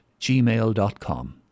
gmail.com